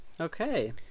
okay